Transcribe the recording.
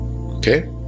okay